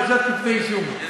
להגשת כתבי-אישום.